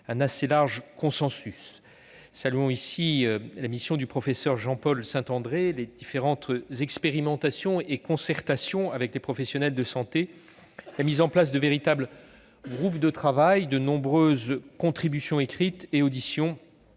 un assez large consensus. Saluons ici la mission du professeur Jean-Paul Saint-André, les différentes expérimentations et concertations avec les professionnels de santé, la mise en place de véritables groupes de travail, les nombreuses contributions écrites et les auditions,